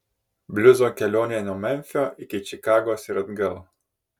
bliuzo kelionė nuo memfio iki čikagos ir atgal